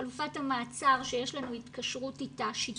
חלופת המעצר שיש לנו התקשרות איתה, 'שיטה',